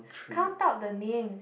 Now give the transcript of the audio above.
count out the name